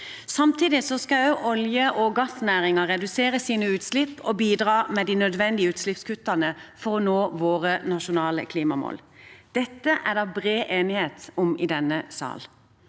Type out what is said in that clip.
Samtidig skal også olje- og gassnæringen redusere sine utslipp og bidra med de nødvendige utslippskuttene for å nå våre nasjonale klimamål. Dette er det bred enighet om i denne salen.